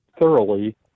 thoroughly